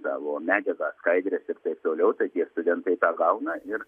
dalomą medžiagą ar skaidres ir taip toliau tai tie studentai gauna ir